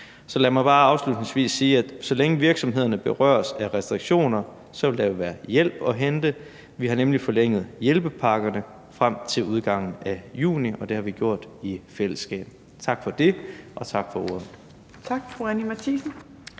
Så lad mig bare afslutningsvis sige, at så længe virksomhederne berøres af restriktioner, vil der være hjælp at hente. Vi har nemlig forlænget hjælpepakkerne frem til udgangen af juni, og det har vi gjort i fællesskab, og tak for det. Tak for ordet.